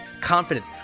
confidence